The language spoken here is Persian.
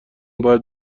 باید